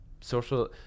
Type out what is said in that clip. social